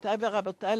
גבירותי ורבותי,